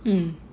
mm